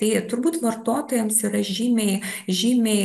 tai turbūt vartotojams yra žymiai žymiai